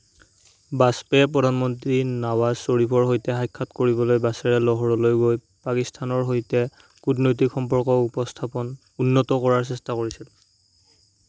বাজপেয়ীয়ে প্ৰধানমন্ত্ৰী নৱাজ শ্বৰীফৰ সৈতে সাক্ষাৎ কৰিবলৈ বাছেৰে লাহোৰলৈ গৈ পাকিস্তানৰ সৈতে কূটনৈতিক সম্পৰ্ক উপস্থাপন উন্নত কৰাৰ চেষ্টা কৰিছিল